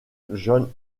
john